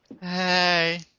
Hey